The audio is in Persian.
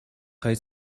خواید